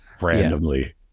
randomly